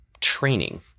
training